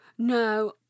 No